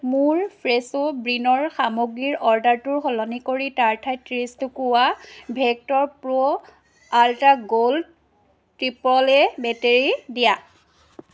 মোৰ ফ্ৰেছো বীনৰ সামগ্ৰীৰ অৰ্ডাৰটো সলনি কৰি তাৰ ঠাইত ত্ৰিছ টুকুৰা Vector Pro Ultra Gold triple A battery দিয়া